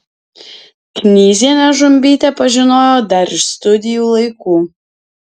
knyzienę žumbytė pažinojo dar iš studijų laikų